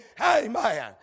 Amen